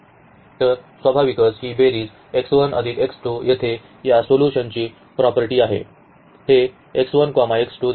तर स्वाभाविकच ही बेरीज येथे या सोल्यूशनची प्रॉपर्टी आहे